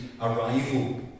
arrival